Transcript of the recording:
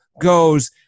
goes